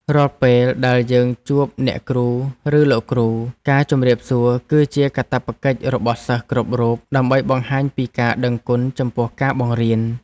រាល់ពេលដែលយើងជួបអ្នកគ្រូឬលោកគ្រូការជម្រាបសួរគឺជាកាតព្វកិច្ចរបស់សិស្សគ្រប់រូបដើម្បីបង្ហាញពីការដឹងគុណចំពោះការបង្រៀន។